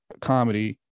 comedy